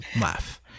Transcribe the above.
laugh